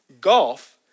Golf